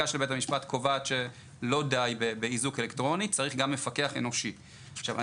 שהפתרון הזה הוא פתרון ששב"ס מסוגל להכין אותו ואני